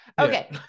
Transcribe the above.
Okay